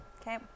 Okay